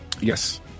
Yes